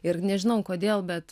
ir nežinau kodėl bet